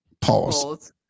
Pause